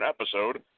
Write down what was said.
episode